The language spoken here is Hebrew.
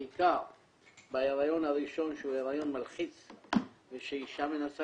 בעיקר בהריון הראשון שהוא הריון מלחיץ שאישה מנסה